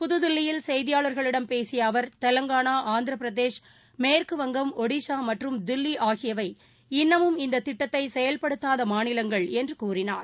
புதுதில்லியில் கெய்தியாளர்களிடம் பேசிய அவர் தெலுங்கானா ஆந்திரபிரதேஷ் மேற்குவங்கம் ஒடிசா மற்றும் தில்லி பிரதேசம் ஆகியவை இன்னமும் இந்த திட்டத்தை செயல்படுத்தாத மாநிலங்கள் என்று கூறினார்